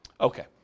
Okay